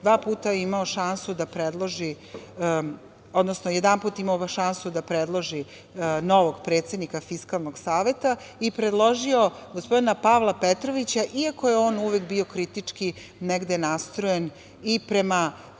dva puta imao šansu da predloži, odnosno jedanput je imao šansu da predloži novog predsednika Fiskalnog saveta i predložio je gospodina Pavla Petrovića, iako je uvek bio kritički negde nastrojen i kada